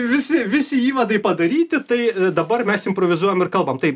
visi visi įvadai padaryti tai dabar mes improvizuojam ir kalbam tai